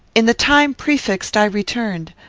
in the time prefixed i returned.